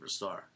superstar